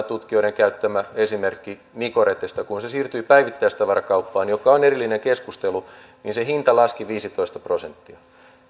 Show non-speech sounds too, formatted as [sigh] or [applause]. [unintelligible] tutkijoiden käyttämä esimerkki nicoretesta kun se siirtyi päivittäistavarakauppaan mikä on erillinen keskustelu niin sen hinta laski viisitoista prosenttia